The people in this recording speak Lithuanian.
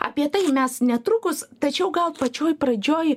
apie tai mes netrukus tačiau gal pačioj pradžioj